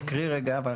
היא תקריא רגע.